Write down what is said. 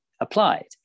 applied